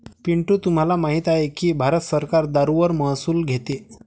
पिंटू तुम्हाला माहित आहे की भारत सरकार दारूवर महसूल घेते